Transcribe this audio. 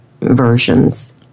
versions